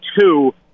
two